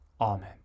Amen